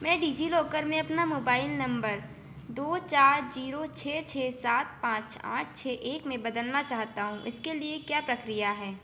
मैं डिज़िलॉकर में अपना मोबाइल नम्बर दो चार ज़ीरो छह छह सात पाँच आठ छह एक में बदलना चाहता हूँ इसके लिए क्या प्रक्रिया है